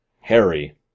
Harry